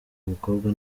umukobwa